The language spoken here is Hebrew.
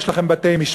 ויש לכם בתי-משפט.